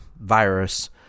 Virus